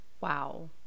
wow